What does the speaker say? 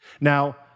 Now